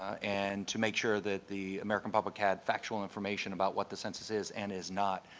and to make sure that the american public had factual information about what the census is and is not.